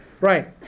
right